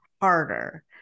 harder